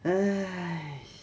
!hais!